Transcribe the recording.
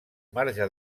marge